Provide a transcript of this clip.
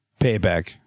Payback